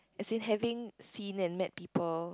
as in having seen and met people